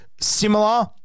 similar